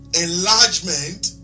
enlargement